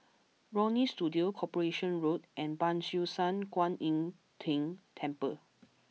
Leonie Studio Corporation Road and Ban Siew San Kuan Im Tng Temple